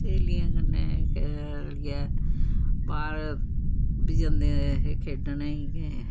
स्हेलियें कन्ने ऐ बाह्र बी जंदे हे खेढने गी